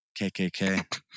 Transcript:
KKK